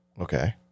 Okay